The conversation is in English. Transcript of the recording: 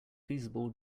feasible